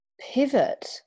pivot